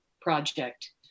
project